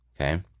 Okay